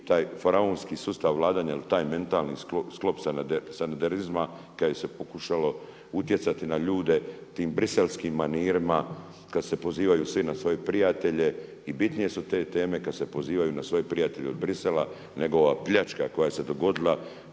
taj faraonski sustav vladanja ili taj mentalni sklop sanaderizma kada se je pokušalo utjecati na ljude tim biselskim manirima, kada se pozivaju svi na svoje prijatelje i bitnije su te teme kada se pozivaju na svoje prijatelje od Bruxellesa nego ova pljačka koja se je dogodila